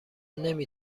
نمی